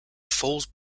falls